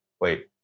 wait